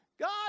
God